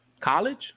College